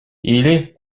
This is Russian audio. или